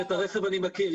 שאת הרכב אני מכיר,